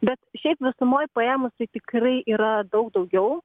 bet šiaip visumoj paėmus tai tikrai yra daug daugiau